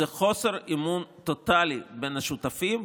זה חוסר אמון טוטאלי בין השותפים,